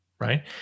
Right